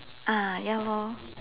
ya